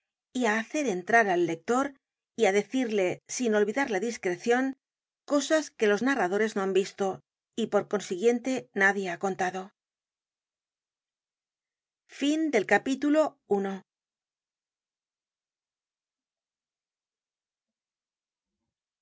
y á hacer entrar al lector y á decirle sin olvidar la discrecion cosas que los narradores no han visto y por consiguiente nadie ha contado content from